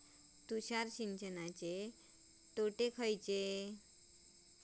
तुषार सिंचनाचे तोटे खयले?